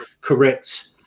correct